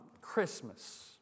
Christmas